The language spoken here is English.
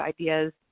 ideas